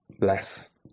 bless